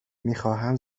میخواهم